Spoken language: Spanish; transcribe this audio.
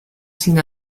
sin